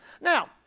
Now